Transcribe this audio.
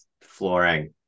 flooring